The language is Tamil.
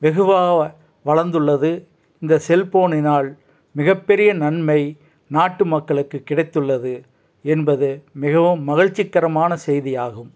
வெகுவாக வளர்ந்துள்ளது இந்த செல்போனினால் மிகப்பெரிய நன்மை நாட்டு மக்களுக்கு கிடைத்துள்ளது என்பது மிகவும் மகிழ்ச்சிக்கரமான செய்தி ஆகும்